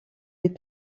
des